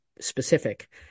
specific